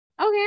Okay